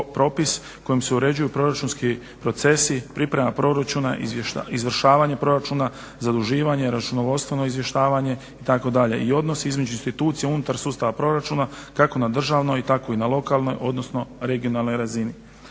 kojim se uređuju proračunski procesi priprema proračuna, izvršavanje proračuna, zaduživanje, računovodstveno izvještavanje itd. i odnosi između institucija unutar sustava proračuna kako na državnoj tako i na lokalnoj, odnosno regionalnoj razini.